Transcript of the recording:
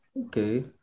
Okay